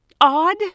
odd